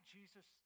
Jesus